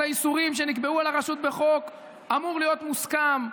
האיסורים שנקבעו על הרשות בחוק אמור להיות מוסכם.